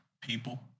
people